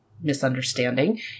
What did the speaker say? misunderstanding